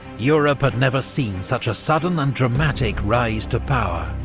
europe had never seen such a sudden and dramatic rise to power